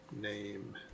Name